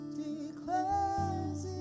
declares